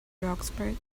roxburgh